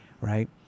Right